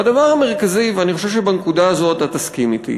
והדבר המרכזי, ואני חושב שבנקודה הזאת תסכים אתי,